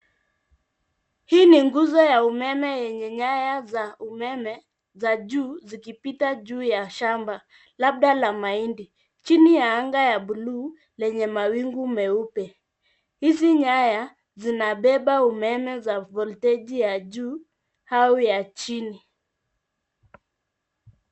Hii ni nguzo ya umeme yenye nyaya za umeme za juu zikipita juu ya shamba labda la mahindi chini ya anga ya buluu lenye mawingu meupe. Hizi nyaya zinabeba umeme za volteji ya juu au ya chini.